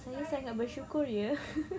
saya sangat bersyukur ye